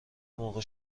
موقع